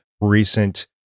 recent